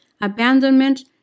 abandonment